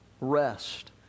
rest